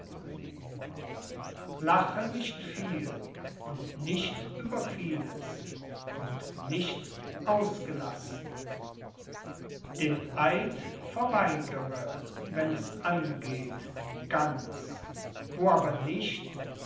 lache nicht viel und nicht über vieles und nicht ausgelassen den eid verweigere wenn es angeht ganz wo aber nicht